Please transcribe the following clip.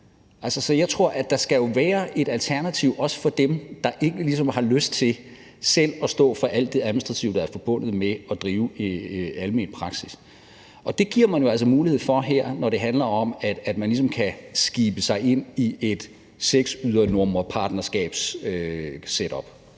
Så jeg tror, at der skal være et alternativ også for dem, der ikke ligesom har lyst til selv at stå for alt det administrative, der er forbundet med at drive almen praksis. Og det giver man jo altså mulighed for her, når det handler om, at man ligesom kan skibe sig ind i et setup af seks